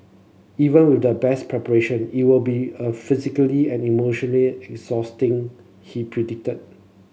even with the best preparation it will be a physically and emotionally exhausting he predicted